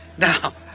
now,